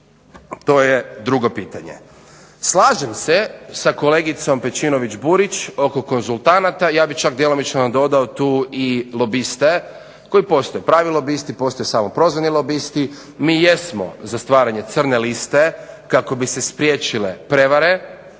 To je drugo pitanje. Slažem se sa kolegicom Pejčinović Burić oko konzultanata. Ja bih čak djelomično dodao tu i lobiste, postoje pravi lobisti, postoje samoprozvani lobisti. Mi jesmo za stvaranje crne liste kako bi se spriječile prevare.